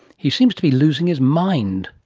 he seems to be losing his mind.